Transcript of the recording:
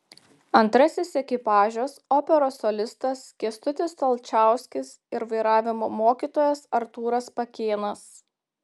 antrasis ekipažas operos solistas kęstutis alčauskis ir vairavimo mokytojas artūras pakėnas